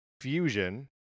Fusion